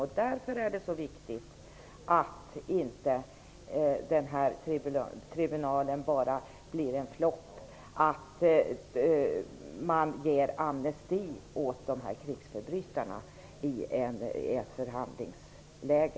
Därför är det så viktigt att tribunalen inte blir en ''flopp'' och att man i ett förhandlingsläge inte bara ger amnesti åt dessa krigsförbrytare.